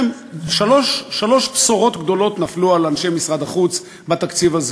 שלוש בשורות גדולות נפלו על אנשי משרד החוץ בתקציב הזה.